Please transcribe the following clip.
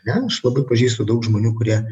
ne aš labai pažįstu daug žmonių kurie